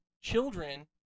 children